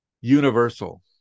universal